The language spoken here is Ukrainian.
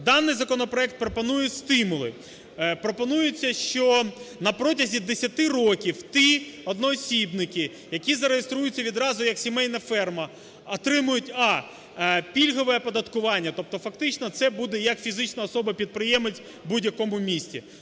Даний законопроект пропонує стимули, пропонується, що на протязі десяти років ті одноосібники, які зареєструються відразу як сімейна ферма, отримують: а) пільгове оподаткування, тобто фактично це буде як фізична особа-підприємець в будь-якому місті.